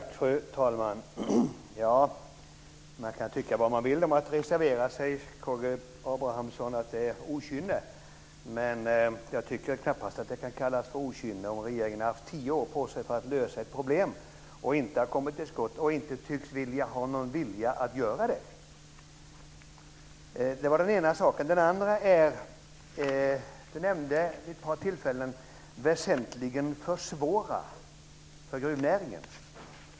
Fru talman! Ja, man kan tycka vad man vill om att reservera sig, Karl Gustav Abramsson, och att det är okynne. Men jag tycker knappast att det kan kallas för okynne om regeringen har haft tio år på sig för att lösa ett problem och inte har kommit till skott och inte tycks ha någon vilja att göra det. Det var det ena. Det andra är att Karl Gustav Abramssom vid ett par tillfällen nämnde "väsentligen försvårar" för gruvnäringen.